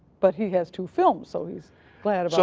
but he has two films, so he's glad so